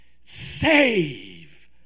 Save